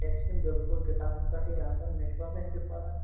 گرِ چھِ یِم بِلکُل کِتابَن پٮ۪ٹھٕے آسان مےٚ چھُ باسان یِم چھِ پران